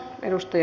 maista